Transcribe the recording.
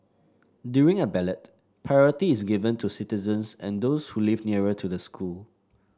during a ballot priority is given to citizens and those who live nearer to the school